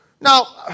Now